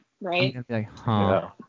right